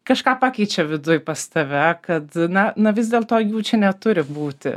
kažką pakeičia viduj pas tave kad na na vis dėlto jų čia neturi būti